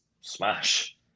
smash